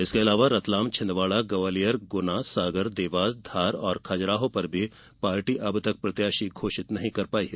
इसके अलावा रतलाम छिंदवाड़ा ग्वालियर गुना सागर देवास धार और खजुराहो पर भी पार्टी अब तक प्रत्याशी घोषित नहीं कर पाई है